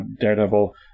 Daredevil